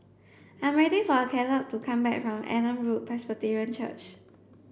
I'm waiting for Kaleb to come back from Adam Road Presbyterian Church